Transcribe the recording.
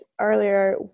earlier